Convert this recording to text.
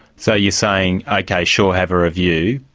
so you're saying, okay, sure, have a review,